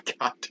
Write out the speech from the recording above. God